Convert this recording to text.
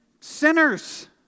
sinners